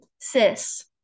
Sis